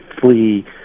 flee